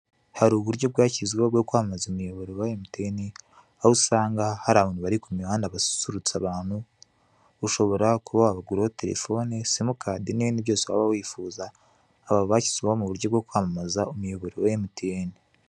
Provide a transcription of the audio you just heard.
Hari uburyo bwashyizweho bwo kwamamaza umuyoboro wa emutiyeni aho usanga hari abantu bari ku mihanda basusurutsa abantu ushobora kuba wabaguraho telefone simukadi n'ibindi byose waba wifuza, aba bashyizweho mu buryo bwo kwamamaza umuyoboro wa emutiyeni.